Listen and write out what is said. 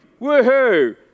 woohoo